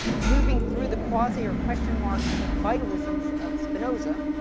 moving through the quasi or question mark, vitalisms of spinoza,